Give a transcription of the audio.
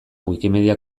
wikimedia